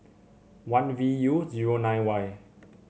one V U zero nine Y